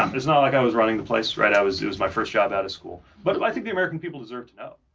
um it's not like i was running the place. right. i was it was my first job out of school but i think the american people deserve to know.